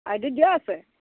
আইডিত দিয়া আছে